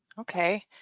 Okay